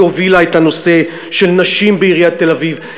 היא הובילה את הנושא של נשים בעיריית תל-אביב,